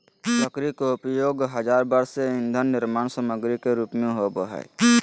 लकड़ी के उपयोग हजार वर्ष से ईंधन निर्माण सामग्री के रूप में होबो हइ